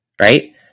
right